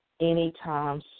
anytime